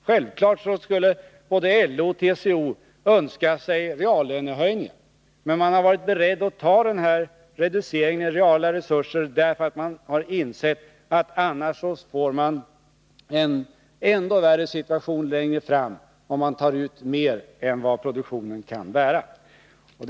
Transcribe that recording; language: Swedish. Självfallet skulle både LO och TCO önska sig reallönehöjningar. Men man har varit beredd att ta denna reducering i reala resurser, därför att man har insett att man får en ännu värre situation längre fram, om man tar ut mer än vad produktionen kan bära. Herr talman!